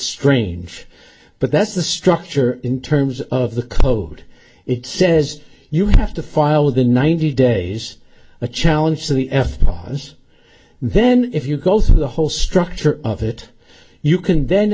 strange but that's the structure in terms of the code it says you have to file within ninety days a challenge to the f b i office then if you go through the whole structure of it you can then